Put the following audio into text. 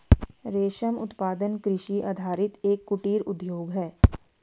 रेशम उत्पादन कृषि आधारित एक कुटीर उद्योग है